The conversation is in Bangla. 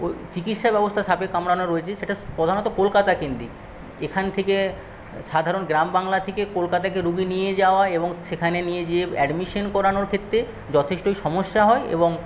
চিকিৎসা ব্যবস্থা সাপে কামড়ানোর রয়েছে সেটা প্রধানত কলকাতা কেন্দ্রিক এখান থেকে সাধারণ গ্রামবাংলা থেকে কলকাতায় রুগী নিয়ে যাওয়া এবং সেখানে নিয়ে যেয়ে অ্যাডমিশান করানোর ক্ষেত্রে যথেষ্টই সমস্যা হয় এবং